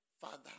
father